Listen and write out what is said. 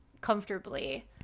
comfortably